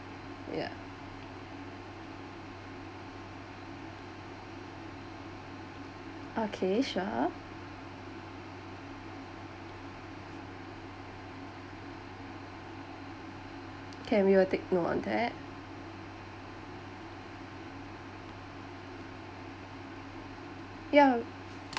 yeah okay sure can we will take note on that yeah